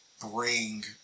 bring